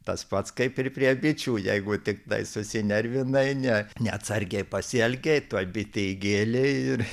tas pats kaip ir prie bičių jeigu tiktai susinervinai ne neatsargiai pasielgei tuoj bitė įgėlė ir